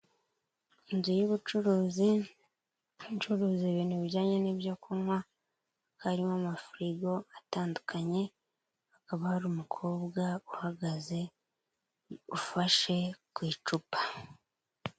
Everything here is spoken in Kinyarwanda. Inzu y'ubucuruzi icuruza ibintu bijyanye n'ibyo kunywa, hakaba harimo amafirigo atandukanye, hakaba hari umukobwa uhagaze ufashe ku icupa.